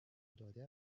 داده